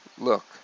Look